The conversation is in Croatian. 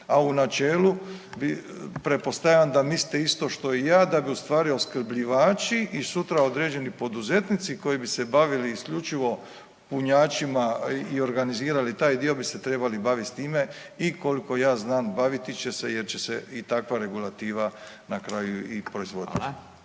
A u načelu pretpostavljam da mislite isto što i ja da bi u stvari opskrbljivači i sutra određeni poduzetnici koji bi se bavili isključivo punjačima i organizirali taj dio bi se trebali bavit s time i koliko ja znam baviti će se jer će se i takva regulativa na kraju i proizvoditi.